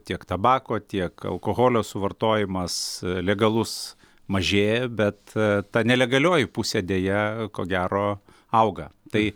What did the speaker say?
tiek tabako tiek alkoholio suvartojimas legalus mažėja bet ta nelegalioji pusė deja ko gero auga tai